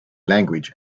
language